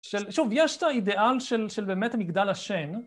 ‫שוב, יש את האידאל של ‫באמת מגדל השן.